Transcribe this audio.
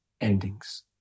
endings